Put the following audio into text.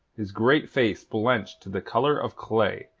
his great face blenched to the colour of clay,